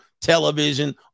television